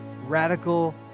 radical